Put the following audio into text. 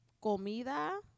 comida